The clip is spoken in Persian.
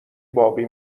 باقی